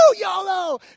YOLO